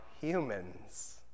humans